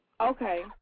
Okay